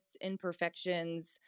imperfections